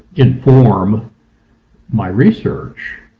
inform my research,